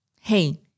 Hey